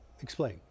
Explain